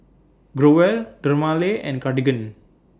Growell Dermale and Cartigain